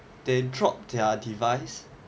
they drop their device